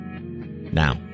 Now